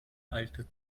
alte